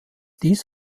dies